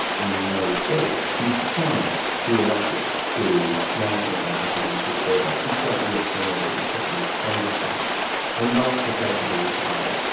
in the united states you cannot be elected to national office or even to state office, you can't be a senator, you can't be a congressman and not profess a belief in god.